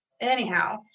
anyhow